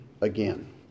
again